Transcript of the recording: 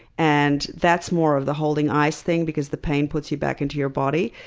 and that's more of the holding ice thing, because the pain puts you back into your body.